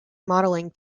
modeling